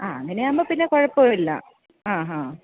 ആ അങ്ങനെയാവുമ്പം പിന്നെ കുഴപ്പമില്ല ആ ഹാ